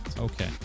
Okay